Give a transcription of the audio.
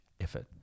effort